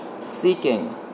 seeking